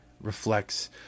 reflects